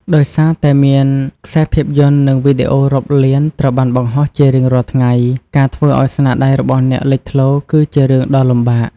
ដោយសារតែមានខ្សែភាពយន្តនិងវីដេអូរាប់លានត្រូវបានបង្ហោះជារៀងរាល់ថ្ងៃ ការធ្វើឱ្យស្នាដៃរបស់អ្នកលេចធ្លោរគឺជារឿងដ៏លំបាក។